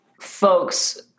folks